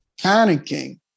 panicking